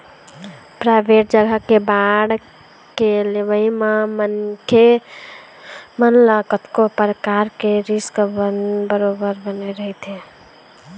private जघा के bond के लेवई म मनखे मन ल कतको परकार के रिस्क बरोबर बने रहिथे